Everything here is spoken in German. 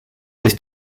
sich